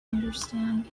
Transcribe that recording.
understand